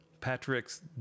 Patrick's